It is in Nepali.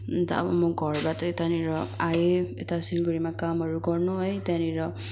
अन्त अब म घरबाट यतानिर आएँ यता सिलगढीमा कामहरू गर्नु है त्यहाँनिर